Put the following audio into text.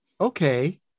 Okay